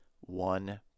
one